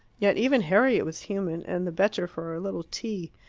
yet even harriet was human, and the better for a little tea.